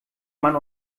man